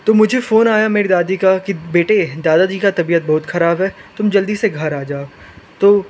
तो मुझे फ़ोन आया मेरी दादी का के बेटे दादाजी का तबियत बहुत खराब हे तुम जल्दी से घर आ जाओ तो